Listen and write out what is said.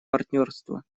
партнерство